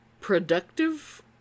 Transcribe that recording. productive